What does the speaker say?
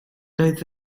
doedd